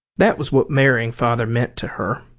that was what marrying father meant to her.